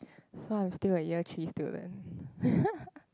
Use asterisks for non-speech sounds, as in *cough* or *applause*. so I'm still a year three student *laughs*